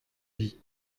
vies